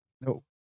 No